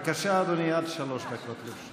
בבקשה, אדוני, עד שלוש דקות לרשותך.